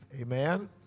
Amen